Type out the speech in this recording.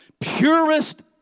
purest